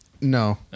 No